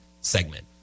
segment